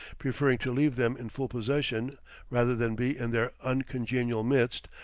preferring to leave them in full possession rather than be in their uncongenial midst,